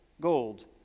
gold